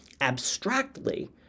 abstractly